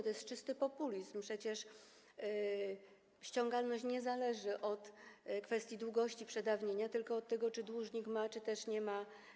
To jest czysty populizm, przecież ściągalność nie zależy od kwestii długości przedawnienia, tylko od tego, czy dłużnik ma pieniądze czy też ich nie ma.